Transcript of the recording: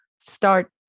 start